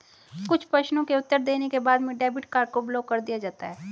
कुछ प्रश्नों के उत्तर देने के बाद में डेबिट कार्ड को ब्लाक कर दिया जाता है